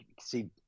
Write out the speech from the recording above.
see